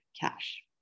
cash